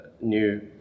new